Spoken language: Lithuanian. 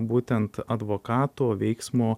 būtent advokato veiksmo